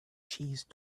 cheese